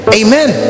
amen